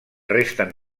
resten